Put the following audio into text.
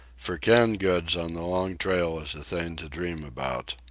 for canned goods on the long trail is a thing to dream about.